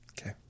Okay